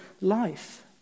life